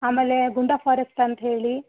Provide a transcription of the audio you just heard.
ಆಮೇಲೆ ಗುಂಡಾ ಫಾರೆಸ್ಟ್ ಅಂತ ಹೇಳಿ